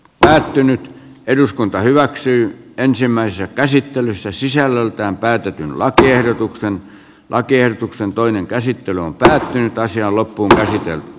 päättynyt eduskunta hyväksyy ensimmäisessä käsittelyssä sisällöltään päätetyn lakiehdotuksen pakerruksen toinen käsittely on päättynyt asia voimaan astuu